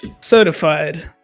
certified